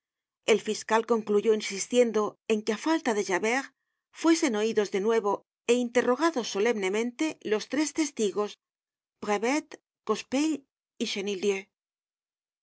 el fiscal concluyó insistiendo en que á falta de javert fuesen oidos de nuevo é interrogados solemnemente los tres testigos brevet cochepaille y